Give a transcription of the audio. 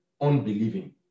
unbelieving